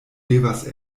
devas